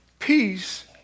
Peace